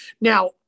Now